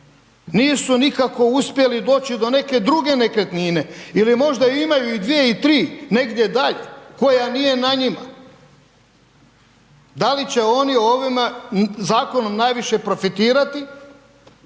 nisu nikako uspjeli doći do neke druge nekretnine ili možda imaju i dvije i tri negdje dalje koja nije na njima. Da li će oni ovim zakonom najviše profitirati